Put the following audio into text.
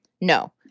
No